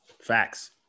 Facts